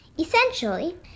Essentially